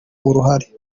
uruhare